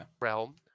realm